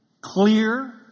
clear